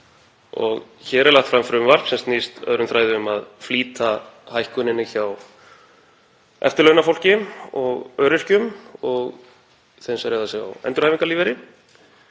Hér er lagt fram frumvarp sem snýst öðrum þræði um að flýta hækkuninni hjá eftirlaunafólki og öryrkjum og þeim sem reiða sig á endurhæfingarlífeyri,